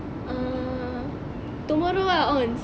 uh tomorrow ah ons